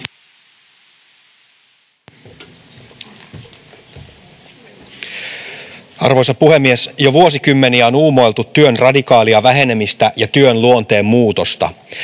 Arvoisa puhemies! Jo vuosikymmeniä on uumoiltu työn radikaalia vähenemistä ja työn luonteen muutosta.